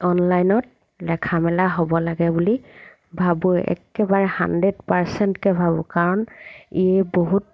অনলাইনত লিখা মেলা হ'ব লাগে বুলি ভাবোঁ একেবাৰে হাণ্ড্ৰেড পাৰ্চেণ্টকে ভাবোঁ কাৰণ ই বহুত